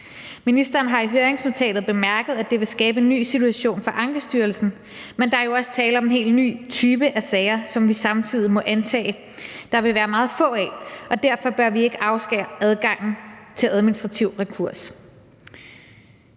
Ministeren har i høringsnotater bemærket, at det vil skabe en ny situation for Ankestyrelsen, men der er jo også tale om en helt ny type af sager, som vi samtidig må antage der vil være meget få af, og derfor bør vi ikke afskære adgangen til administrativ rekurs.